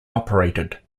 operated